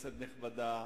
כנסת נכבדה,